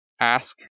ask